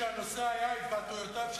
שהנושא היה התבטאויותיו של שר החוץ.